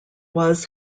was